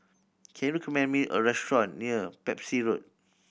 can you recommend me a restaurant near Pepys Road